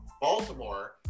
baltimore